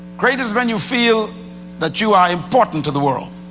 greatness is when you feel that you are important to the world.